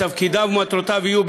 ותפקידיו ומטרותיו יהיו,